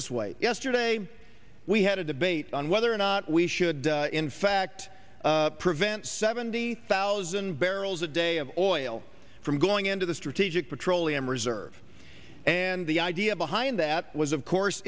this way yesterday we had a debate on whether or not we should in fact prevent seventy thousand barrels a day of oil from going into the strategic petroleum reserve and the idea behind that was of course